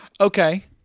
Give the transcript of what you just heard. Okay